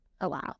allow